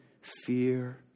fear